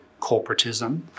corporatism